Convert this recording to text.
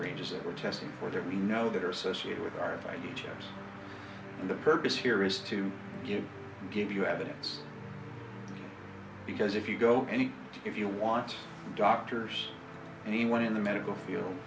ranges that we're testing or that we know that are associated with our right egypt and the purpose here is to give you evidence because if you go to any if you want doctors anyone in the medical field